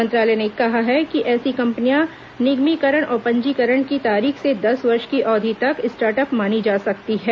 मंत्रालय ने कहा है कि ऐसी कम्पनियां निगमीकरण और पंजीकरण की तारीख से दस वर्ष की अवधि तक स्टार्टअप मानी जा सकती हैं